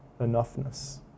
enoughness